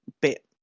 bit